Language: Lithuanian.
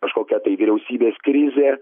kažkokia tai vyriausybės krizė